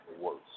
worse